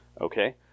Okay